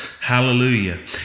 Hallelujah